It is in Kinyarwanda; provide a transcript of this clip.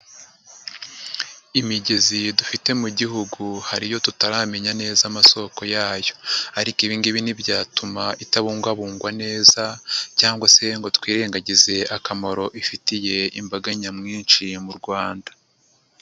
Imigezi dufite mu gihugu, hari iyo tutaramenya neza amasoko yayo ariko ibi ngibi ntibyatuma itabungwabungwa neza cyangwa se ngo twirengagize akamaro ifitiye imbaga nyamwinshi mu Rwanda.